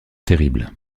terrible